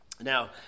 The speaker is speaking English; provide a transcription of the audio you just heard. Now